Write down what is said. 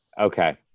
Okay